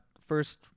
first